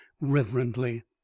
reverently